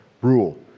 rule